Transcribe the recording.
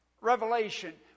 revelation